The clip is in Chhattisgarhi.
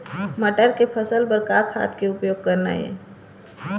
मटर के फसल बर का का खाद के उपयोग करना ये?